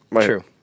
True